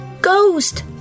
Ghost